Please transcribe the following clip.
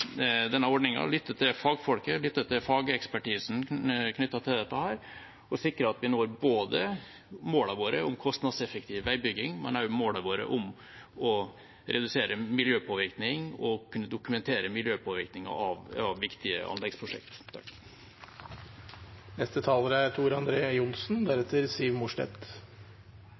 denne ordningen, lytte til fagfolket, lytte til fagekspertisen knyttet til dette og sikre at vi når både målene våre om kostnadseffektiv veibygging og målene våre om å redusere miljøpåvirkningen og kunne dokumentere miljøpåvirkningen av viktige anleggsprosjekt. Det er